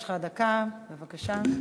יש לך דקה, בבקשה.